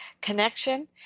connection